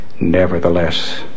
Nevertheless